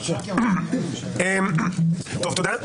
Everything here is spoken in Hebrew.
תודה.